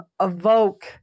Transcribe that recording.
evoke